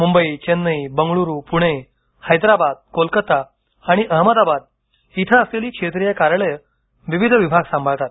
मुंबई चेन्नई बंगळूरू पुणे हैदराबाद कोलकाता अहमदाबाद इथे असलेली क्षेत्रीय कार्यालयं विविध विभाग सांभाळतात